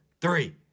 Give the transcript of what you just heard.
three